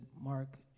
Mark